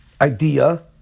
idea